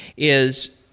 is,